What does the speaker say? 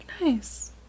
Nice